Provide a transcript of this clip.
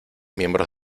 miembros